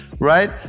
right